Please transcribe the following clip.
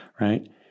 right